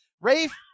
Rafe